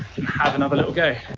and have another little go.